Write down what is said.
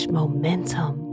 momentum